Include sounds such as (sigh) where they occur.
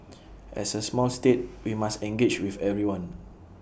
(noise) as A small state we must engage with everyone